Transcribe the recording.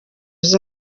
uzi